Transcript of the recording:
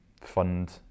fund